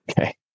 Okay